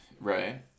Right